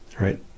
Right